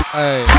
hey